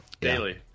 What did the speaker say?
Daily